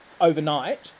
Overnight